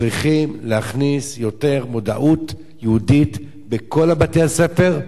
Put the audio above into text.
צריכים להכניס יותר מודעות יהודית בכל בתי-הספר,